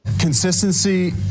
Consistency